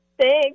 thanks